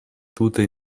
tute